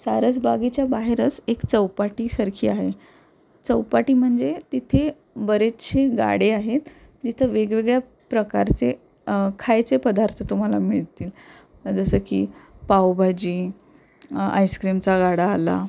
सारसबागेच्या बाहेरच एक चौपाटीसारखी आहे चौपाटी म्हणजे तिथे बरेचशे गाडे आहेत जिथं वेगवेगळ्या प्रकारचे खायचे पदार्थ तुम्हाला मिळतील जसं की पावभाजी आईस्क्रीमचा गाडा आला